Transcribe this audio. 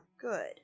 good